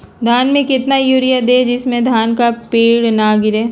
धान में कितना यूरिया दे जिससे धान का पेड़ ना गिरे?